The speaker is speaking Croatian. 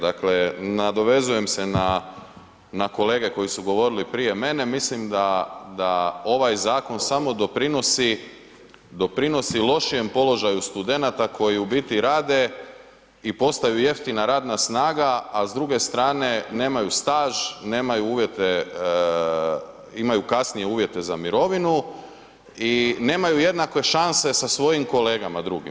Dakle, nadovezujem se na kolege koji su govorili prije mene, mislim da ovaj zakon samo doprinosi lošijem položaju studenata koji u biti rade i postaju jeftina radna snaga a s druge strane nemaju staž, nemaju uvjete, imaju kasnije uvjete za mirovinu i nemaju jednake šanse sa svojim kolegama drugim.